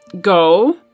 go